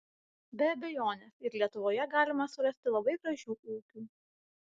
be abejonės ir lietuvoje galima surasti labai gražių ūkių